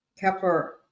Kepler